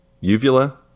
uvula